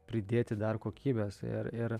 pridėti dar kokybės ir ir